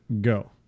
go